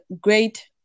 great